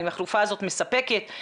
האם החלופה הזאת מספקת,